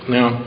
Now